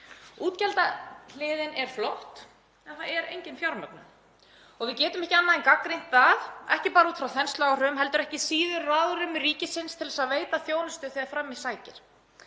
Útgjaldahliðin er flott en það er engin fjármögnun. Við getum ekki annað en gagnrýnt það, ekki bara út frá þensluáhrifum heldur ekki síður ráðrúmi ríkisins til að veita þjónustu þegar fram í sækir.